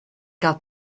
gael